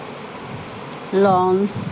launch